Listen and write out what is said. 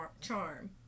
charm